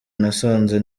nasanze